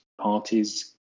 parties